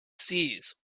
seers